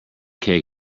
cake